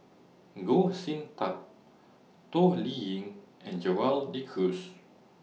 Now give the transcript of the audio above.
Goh Sin Tub Toh Liying and Gerald De Cruz